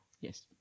yes